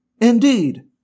Indeed